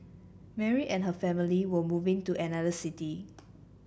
Mary and her family were moving to another city